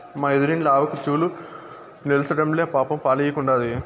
మా ఎదురిండ్ల ఆవుకి చూలు నిల్సడంలేదు పాపం పాలియ్యకుండాది